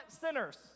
sinners